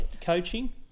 Coaching